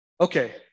Okay